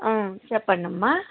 చెప్పండమ్మా